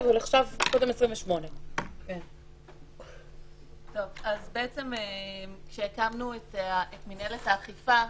אבל קודם סעיף 28. כשהקמנו את מינהלת האכיפה,